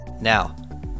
Now